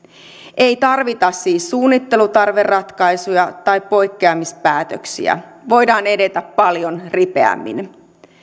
ei tarvita siis suunnittelutarveratkaisuja tai poikkeamispäätöksiä voidaan edetä paljon ripeämmin